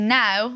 now